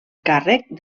càrrec